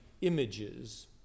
images